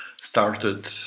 started